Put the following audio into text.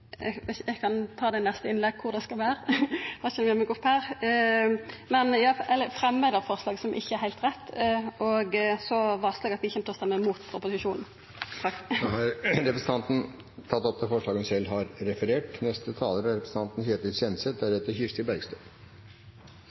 Eg kan ta i neste innlegg kvar det skal vera, eg har det ikkje med meg her. Men eg fremjar forslaget, som ikkje er heilt rett, og så varslar eg at vi kjem til å stemma imot proposisjonen. Da har representanten Kjersti Toppe tatt opp det forslaget hun refererte til. Jeg har